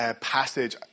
passage